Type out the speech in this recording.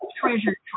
treasure